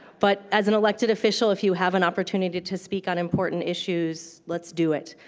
but as an elected official if you have an opportunity to speak on important issues, let's do it.